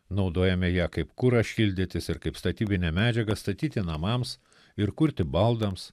naudojame ją kaip kurą šildytis ir kaip statybinę medžiagą statyti namams ir kurti baldams